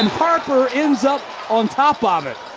harper ends up on top of it.